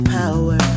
power